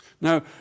Now